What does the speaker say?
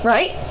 Right